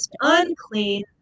unclean